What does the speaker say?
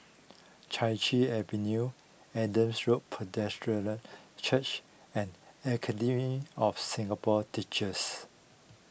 Chai Chee Avenue Adam Road Presbyterian Church and Academy of Singapore Teachers